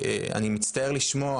אני מצטער לשמוע